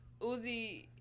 Uzi